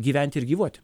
gyventi ir gyvuoti